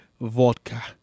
Vodka